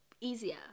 easier